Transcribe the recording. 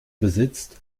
besitzt